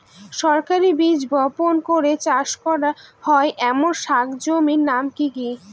সরাসরি বীজ বপন করে চাষ করা হয় এমন শাকসবজির নাম কি কী?